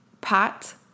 pot